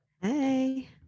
Hey